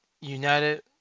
United